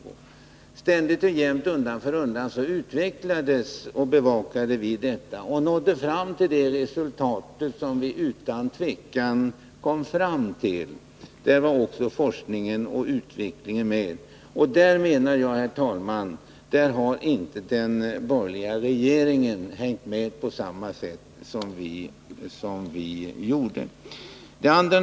Ständigt och jämt, undan för undan utvecklade och bevakade vi detta och nådde utan tvivel fram till resultat. Där fanns också forskningen och utvecklingen med. Men där menar jag, herr talman, att den borgerliga regeringen inte hängt med på samma sätt som tidigare den socialdemokratiska regeringen.